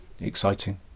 exciting